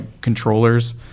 controllers